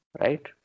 right